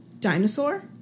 dinosaur